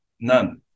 none